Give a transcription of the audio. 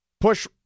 push